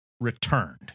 returned